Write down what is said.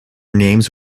names